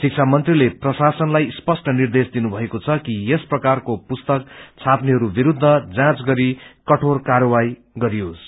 शिक्षा मन्त्रीले प्रशासनलाई स्पष्ट निर्देश दिनु भएको छ कि यस प्रकारको पुस्तक छानेहरू विरूद्ध जाँज गरेर कठोर कायवाही गरिनेछ